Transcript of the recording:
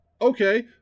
Okay